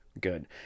good